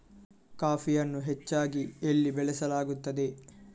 ಕಾಫಿಯನ್ನು ಹೆಚ್ಚಾಗಿ ಎಲ್ಲಿ ಬೆಳಸಲಾಗುತ್ತದೆ?